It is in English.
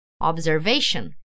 observation